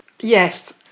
Yes